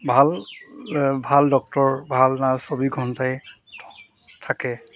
ভাল ভাল ডক্তৰ ভাল নাৰ্ছ চৌবিছ ঘণ্টাই থাকে